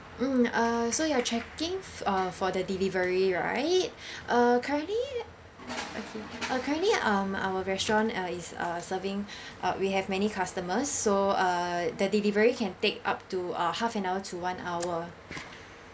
mm uh so you're checking for for the delivery right uh currently uh currently um our restaurant uh is uh serving uh we have many customers so uh the delivery can take up to uh half an hour to one hour